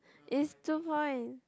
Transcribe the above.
is two point